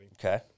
Okay